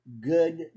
good